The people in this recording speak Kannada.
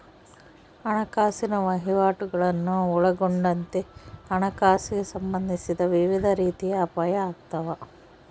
ಹಣಕಾಸಿನ ವಹಿವಾಟುಗುಳ್ನ ಒಳಗೊಂಡಂತೆ ಹಣಕಾಸಿಗೆ ಸಂಬಂಧಿಸಿದ ವಿವಿಧ ರೀತಿಯ ಅಪಾಯ ಆಗ್ತಾವ